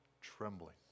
trembling